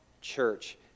church